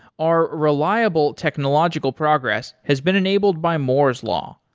our reliable technological progress has been enabled by moore's law,